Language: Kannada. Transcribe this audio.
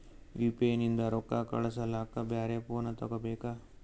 ಯು.ಪಿ.ಐ ನಿಂದ ರೊಕ್ಕ ಕಳಸ್ಲಕ ಬ್ಯಾರೆ ಫೋನ ತೋಗೊಬೇಕ?